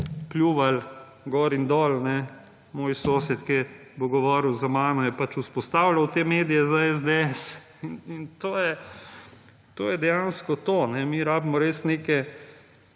pljuvali gor in dol. Moj sosed, ki bo govoril za mano, je pač vzpostavljal te medije za SDS. In to je … To je dejansko to. Mi rabimo res neke